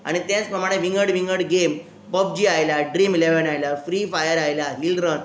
आनी तेंच प्रमाणे विंगड विंगड गेम पबजी आयल्या ड्रीम इलॅवॅन आयल्या फ्री फायर आयल्या हील रन